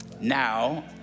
Now